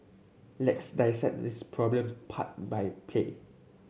let's dissect this problem part by play